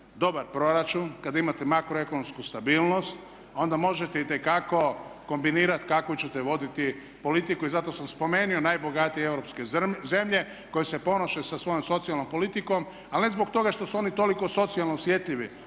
dobar proračun, kada imate makroekonomsku stabilnost onda možete itekako kombinirati kakvu ćete voditi politiku i zato sam spomenuo najbogatije europske zemlje koje se ponose sa svojom socijalnom politikom ali ne zbog toga što su oni toliko socijalno osjetljivi